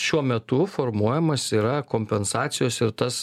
šiuo metu formuojamas yra kompensacijos ir tas